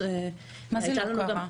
מה זה "לא קרה"?